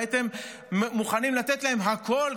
הייתם מוכנים לתת להם הכול,